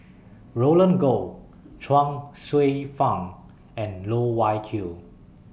Roland Goh Chuang Hsueh Fang and Loh Wai Kiew